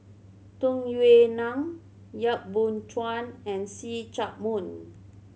Tung Yue Nang Yap Boon Chuan and See Chak Mun